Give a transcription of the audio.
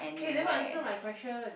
eh you never answer my question